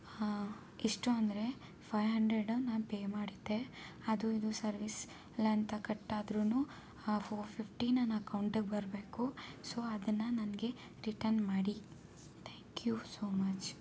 ಎಷ್ಟು ಅಂದರೆ five hundred ನಾನು ಪೇ ಮಾಡಿದ್ದೆ ಅದು ಇದು ಸರ್ವಿಸ್ ಎಲ್ಲ ಅಂತ ಕಟ್ಟಾದ್ರು ಫೋರ್ ಫಿಫ್ಟಿ ನನ್ನ ಅಕೌಂಟಿಗೆ ಬರಬೇಕು ಸೋ ಅದನ್ನು ನನಗೆ ರಿಟರ್ನ್ ಮಾಡಿ ಥ್ಯಾಂಕ್ ಯು ಸೋ ಮಚ್